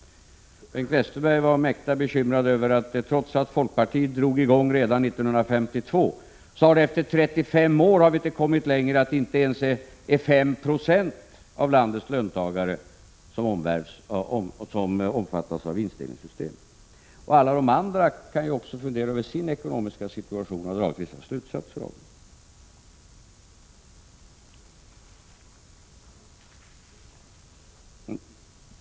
Bengt Westerberg var mäkta bekymrad över att vi, trots att folkpartiet drog i gång redan 1952, efter 35 år inte har kommit längre än att det inte ens är 5 Jo av landets löntagare som omfattas av vinstdelningssystem. Alla de andra kan ju också fundera över sin ekonomiska situation och dra vissa slutsatser.